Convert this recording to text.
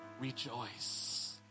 rejoice